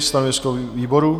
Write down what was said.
Stanovisko výboru?